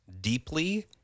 deeply